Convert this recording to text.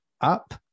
up